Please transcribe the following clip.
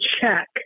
check